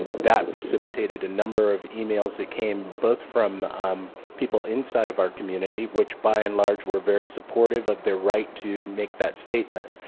and that precipitated a number of emails that came both from um people inside of our community which by and large were very supportive of their right to make that statement,